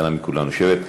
אנא מכולם לשבת.